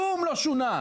כלום לא שונה.